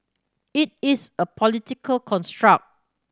it is a political construct